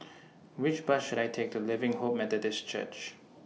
Which Bus should I Take to Living Hope Methodist Church